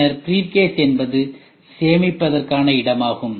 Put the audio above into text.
பின்னர் ப்ரீஃப்கேஸ் என்பது சேமிப்பதற்கான இடமாகும்